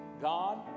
God